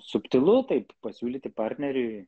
subtilu taip pasiūlyti partneriui